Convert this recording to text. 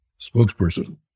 spokesperson